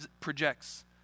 projects